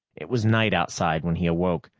it was night outside when he awoke,